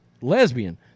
lesbian